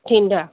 थींदा